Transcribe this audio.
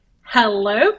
Hello